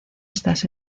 estas